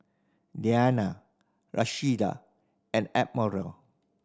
Diann Rashida and Admiral